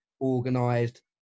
organised